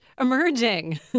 emerging